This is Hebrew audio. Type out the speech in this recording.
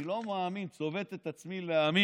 אני לא מאמין, צובט את עצמי כדי להאמין